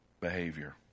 behavior